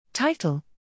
Title